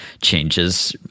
changes